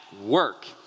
Work